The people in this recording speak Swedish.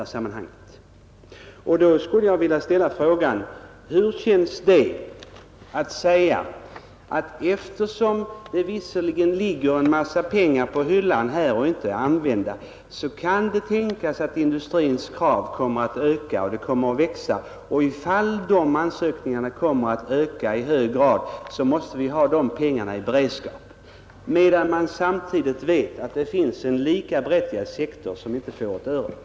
Därför vill jag ställa frågan: Hur känns det att förfäkta, att visserligen ligger det mycket pengar på hyllan, som inte kommer till användning, men det kan tänkas att industrins krav och antalet ansökningar därifrån kommer att öka mycket kraftigt, och därför måste vi ha de pengarna i beredskap — när man samtidigt vet att det finns en lika berättigad sektor som inte får ett öre?